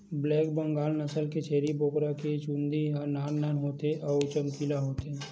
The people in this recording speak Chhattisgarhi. ब्लैक बंगाल नसल के छेरी बोकरा के चूंदी ह नान नान होथे अउ चमकीला होथे